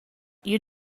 you